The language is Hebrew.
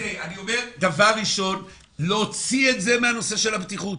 אני אומר שדבר ראשון להוציא את זה מהנושא של הבטיחות.